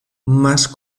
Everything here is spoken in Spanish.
más